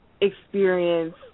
experience